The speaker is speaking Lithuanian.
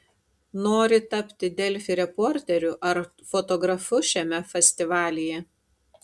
nori tapti delfi reporteriu ar fotografu šiame festivalyje